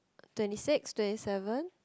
twenty six twenty seven